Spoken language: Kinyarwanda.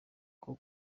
bwo